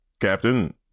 Captain